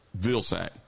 Vilsack